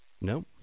No